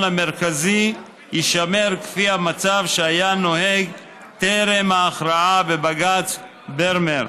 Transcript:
המרכזי יישמר כפי המצב שהיה נוהג טרם ההכרעה בבג"ץ ברמר.